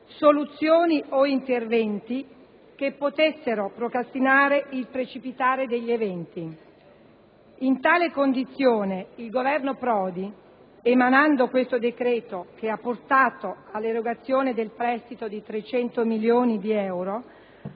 soluzioni o interventi che potessero procrastinare il precipitare degli eventi. In tale condizione, il Governo Prodi, emanando questo decreto che ha portato all'erogazione del prestito di 300 milioni di euro,